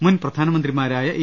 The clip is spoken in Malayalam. മുൻ പ്രധാനമന്ത്രിമാരായ എ